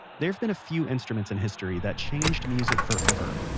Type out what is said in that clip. there have been a few instruments in history that changed music forever.